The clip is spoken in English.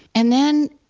and then,